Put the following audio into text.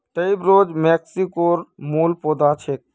tuberose मेक्सिकोर मूल पौधा छेक